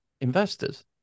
investors